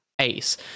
Ace